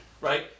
Right